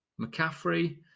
mccaffrey